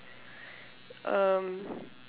um